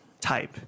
type